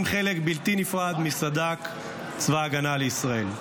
חלק בלתי נפרד מסד"כ צבא ההגנה לישראל.